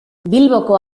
bilboko